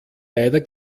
leider